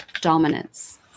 dominance